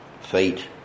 feet